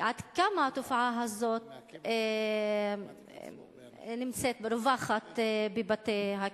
עד כמה התופעה הזאת נמצאת רווחת בבתי-הכלא?